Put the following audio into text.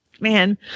Man